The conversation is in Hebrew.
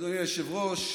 אדוני היושב-ראש,